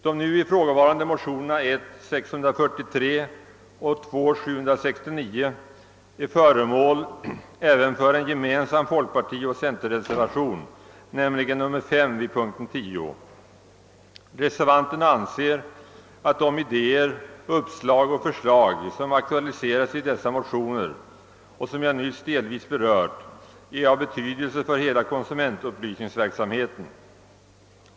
Det förevarande motionsparet I:643 och II: 769 är även föremål för en gemensam folkpartioch centerreservation, nämligen nr 5 vid punkten 10. Reservanterna anser att de idéer, uppslag och förslag som aktualiseras i dessa motioner och som jag nyss delvis berört är av betydelse för hela konsumentupplysningsverksamheten.